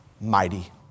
mighty